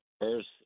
first